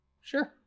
Sure